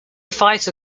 fighter